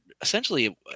essentially